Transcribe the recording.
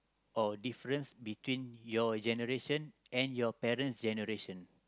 or difference between your generation and your parent's generation